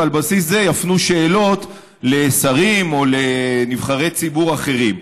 ועל בסיס זה יפנו שאלות לשרים או לנבחרי ציבור אחרים?